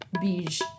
Beige